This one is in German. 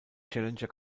challenger